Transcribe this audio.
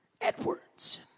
Edwards